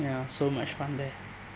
ya so much fun there